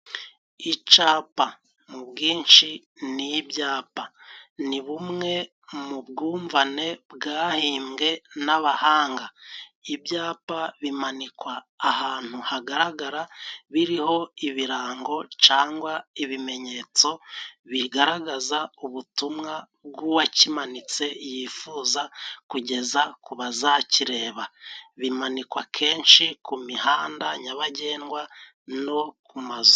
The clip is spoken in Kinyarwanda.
Icapa mu bwinshi ni ibyapa, ni bumwe mu bwumvane bwahimbwe n'abahanga. Ibyapa bimanikwa ahantu hagaragara, biriho ibirango cangwa ibimenyetso bigaragaza ubutumwa bw’uwakimanitse yifuza kugeza ku bazakireba. Bimanikwa kenshi ku mihanda nyabagendwa no ku mazu.